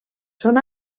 són